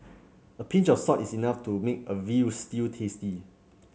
a pinch of salt is enough to make a veal stew tasty